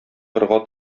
кырга